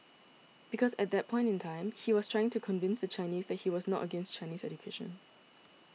because at that point in time he was trying to convince the Chinese that he was not against Chinese education